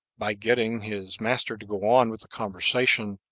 by getting his master to go on with the conversation,